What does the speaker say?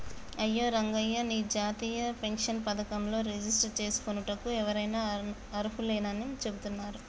అయ్యో రంగయ్య నీ జాతీయ పెన్షన్ పథకంలో రిజిస్టర్ చేసుకోనుటకు ఎవరైనా అర్హులేనని చెబుతున్నారు